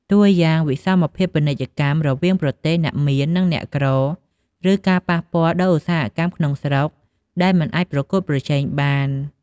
តួយ៉ាង វិសមភាពពាណិជ្ជកម្មរវាងប្រទេសអ្នកមាន និងអ្នកក្រ ឬការប៉ះពាល់ដល់ឧស្សាហកម្មក្នុងស្រុកដែលមិនអាចប្រកួតប្រជែងបាន។